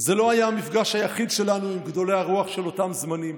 "זה לא היה המפגש היחיד שלנו עם גדולי הרוח של אותם זמנים.